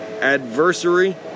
adversary